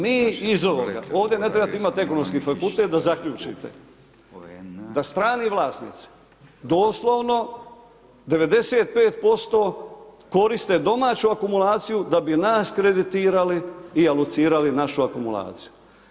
Mi iz ovoga, ovdje ne trebate imati ekonomski fakultet da zaključite da strani vlasnici doslovno 95% koriste domaću akumulaciju da bi nas kreditirali i alucirali našu akumulaciju.